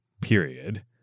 period